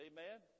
Amen